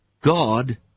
God